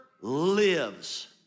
lives